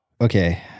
Okay